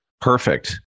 Perfect